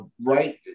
right